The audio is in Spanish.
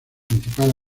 principal